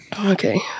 Okay